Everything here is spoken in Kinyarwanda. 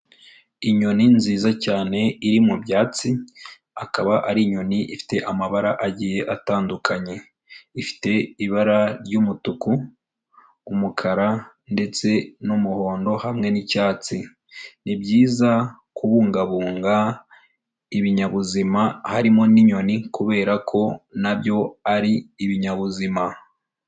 Inyoni nziza cyane iri mu byatsi, akaba ari inyoni ifite amabara agiye atandukanye, ifite ibara ry'umutuku, umukara ndetse n'umuhondo, hamwe n'icyatsi, ni byiza kubungabunga ibinyabuzima, harimo n'inyoni kubera ko na byo ari ibinyabuzima.